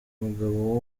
umugabo